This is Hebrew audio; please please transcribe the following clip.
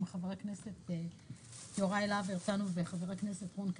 חבר הכנסת יוראי להב הרצנו וחבר הכנסת רון כץ,